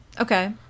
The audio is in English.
okay